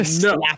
no